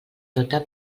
tota